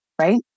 right